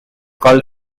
called